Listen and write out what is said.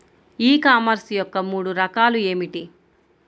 E commerce యొక్క మూడు రకాలు ఏమిటి?